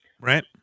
Right